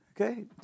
Okay